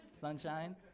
Sunshine